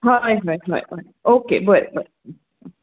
हय हय हय ओके बरें बरें